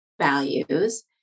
values